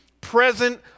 present